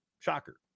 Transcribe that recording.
Shocker